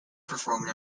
performed